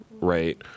right